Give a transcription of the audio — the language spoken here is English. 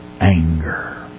anger